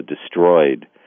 destroyed